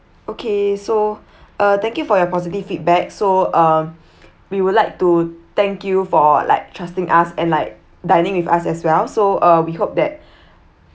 okay so uh thank you for your positive feedback so um we would like to thank you for like trusting us and like dining with us as well so uh we hope that